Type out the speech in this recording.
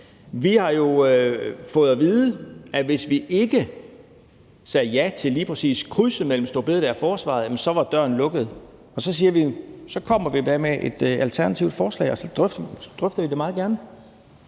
Vi har jo fået at vide, at hvis vi ikke sagde ja til lige præcis krydset mellem store bededag og forsvaret, så var døren lukket. Så siger vi: Så kommer vi da med et alternativt forslag, og så drøfter vi det meget gerne.